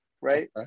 right